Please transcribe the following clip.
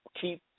keep